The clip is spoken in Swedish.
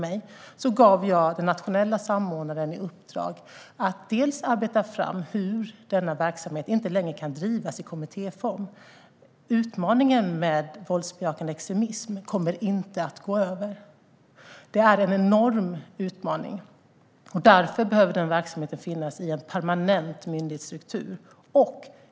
Utifrån detta sa jag till den nationella samordnaren att denna verksamhet inte längre kan drivas i kommittéform. Utmaningen med våldsbejakande extremism kommer inte att gå över. Det är en enorm utmaning. Därför behöver den verksamheten finnas i en permanent myndighetsstruktur.